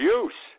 use